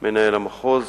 מנהל המחוז,